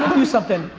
do something,